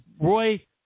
Roy